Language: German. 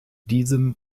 diesem